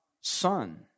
son